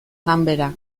ganbera